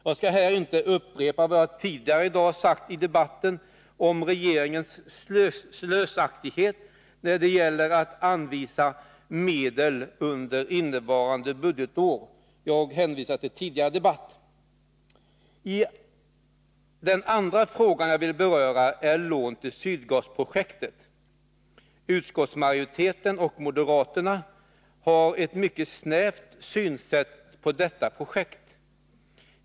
Jag skall inte upprepa vad jag har sagt förut om regeringens slösaktighet när det gäller att anvisa medel under innevarande budgetår utan hänvisar till tidigare debatt. Den andra frågan jag vill beröra är lån till Sydgasprojektet. Utskottsmajoriteten och moderaterna har ett mycket snävt synsätt på detta projekt.